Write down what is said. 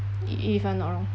i~ if I'm not wrong